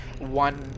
one